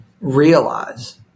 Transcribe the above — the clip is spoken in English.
realize